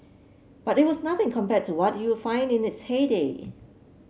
but it was nothing compared to what you find in its heyday